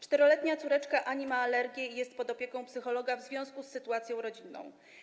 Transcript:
4-letnia córeczka Ani ma alergię i jest pod opieką psychologa w związku z sytuacją rodzinną.